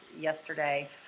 yesterday